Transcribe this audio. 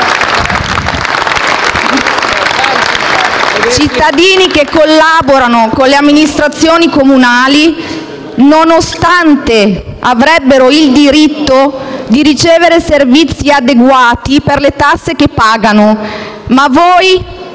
cittadini collaborano con le amministrazioni comunali, nonostante abbiano il diritto di ricevere servizi adeguati per le tasse che pagano. Voi,